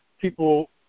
people